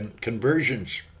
conversions